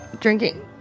Drinking